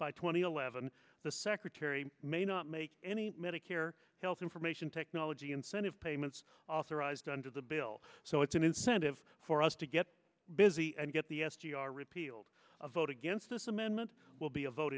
and eleven the secretary may not make any medicare health information technology incentive payments authorized under the bill so it's an incentive for us to get busy and get the s g r repealed a vote against this amendment will be a vote